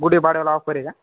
गुढीपाडव्याला ऑफर आहे का